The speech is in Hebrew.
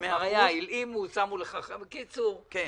הלאימו, שמו לך --- כן,